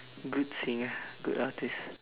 good singer good artist